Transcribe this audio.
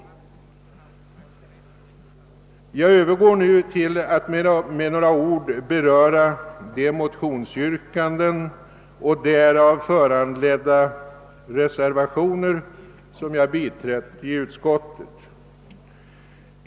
Jag övergår nu till att med några ord beröra de motionsyrkanden och därav föranledda reservationer som jag biträtt i utskottet.